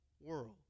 world